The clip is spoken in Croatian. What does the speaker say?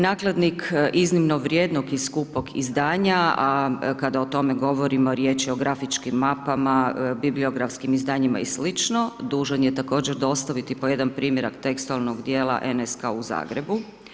Nakladnik iznimno vrijednog i skupog izdanja, a kada o tome govorimo, riječ je o grafičkim mapama, bibliografskim izdanjima i sl., dužan je također dostaviti po jedan primjerak tekstualnog dijela NSK-a u Zagrebu.